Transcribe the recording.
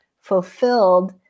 fulfilled